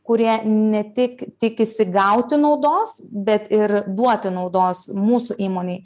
kurie ne tik tikisi gauti naudos bet ir duoti naudos mūsų įmonei